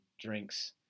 drinks